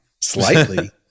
slightly